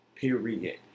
Period